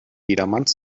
jedermanns